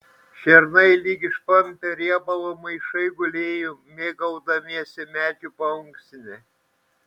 šernai lyg išpampę riebalų maišai gulėjo mėgaudamiesi medžių paunksne